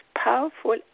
powerful